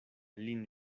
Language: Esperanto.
lin